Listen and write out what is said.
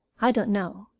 i don't know.